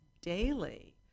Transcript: daily